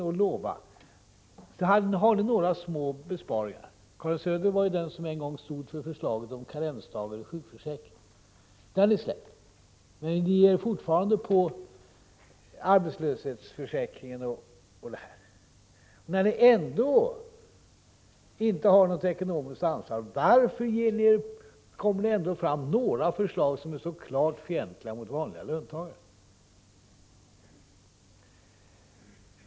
Ni har några små besparingar. Karin Söder var ju den som en gång stod för förslaget om karensdagar i sjukförsäkringen. Det förslaget har ni släppt, men ni ger er fortfarande på arbetslöshetsförsäkringen och en del annat. Får jag fråga Karin Söder: När ni ändå inte har något ekonomiskt ansvar, varför lägger ni då fram förslag som är så klart fientliga mot vanliga löntagare?